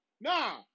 nah